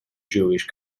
jewish